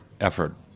effort